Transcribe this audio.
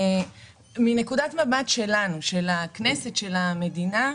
מנקודת מבט שלנו, של הכנסת, של המדינה,